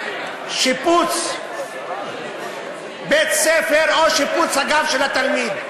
שיפוץ בית-ספר או שיפוץ הגב של התלמיד,